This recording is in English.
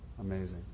amazing